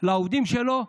לעובדים שלו.